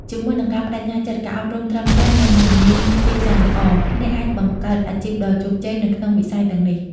ជាមួយនឹងការប្តេជ្ញាចិត្ត ការអប់រំត្រឹមត្រូវ និងជំនាញទីផ្សារល្អ អ្នកអាចបង្កើតអាជីពដ៏ជោគជ័យនៅក្នុងវិស័យទាំងនេះ។